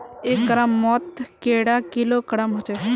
एक ग्राम मौत कैडा किलोग्राम होचे?